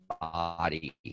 body